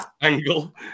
angle